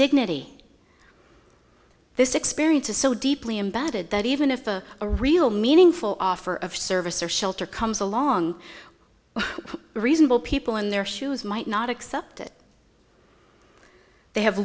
dignity this experience is so deeply embedded that even if a a real meaningful offer of service or shelter comes along reasonable people in their shoes might not accept it they have